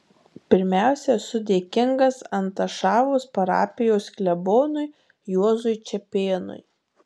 pirmiausia esu dėkingas antašavos parapijos klebonui juozui čepėnui